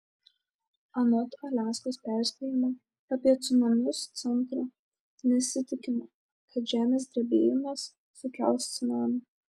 anot aliaskos perspėjimo apie cunamius centro nesitikima kad žemės drebėjimas sukels cunamį